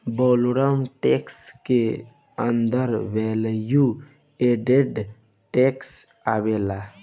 valorem tax के अंदर value added tax आवेला